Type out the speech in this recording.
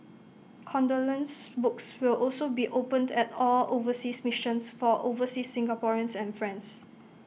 condolence books will also be opened at all overseas missions for overseas Singaporeans and friends